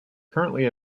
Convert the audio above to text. currently